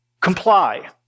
comply